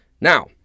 Now